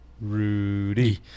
Rudy